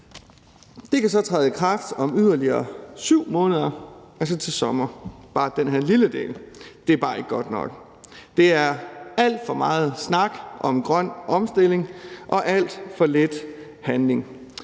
Det kan så træde i kraft om yderligere 7 måneder, altså til sommer, og det gælder bare den her lille del. Det er bare ikke godt nok. Det er alt for meget snak om grøn omstilling og alt for lidt handling.